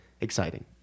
exciting